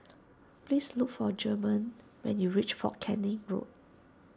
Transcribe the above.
please look for German when you reach fort Canning Road